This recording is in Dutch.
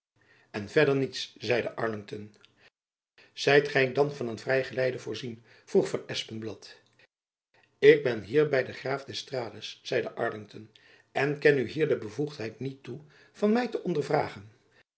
en verder niets zeide arlington zijt gy van een vrij geleide voorzien vroeg van espenblad ik ben hier by den graaf d'estrades zeide arjacob van lennep elizabeth musch lington en ken u hier de bevoegdheid niet toe van my te